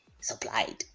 supplied